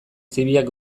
zibilak